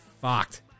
fucked